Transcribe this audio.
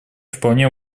вполне